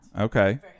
Okay